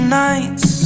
nights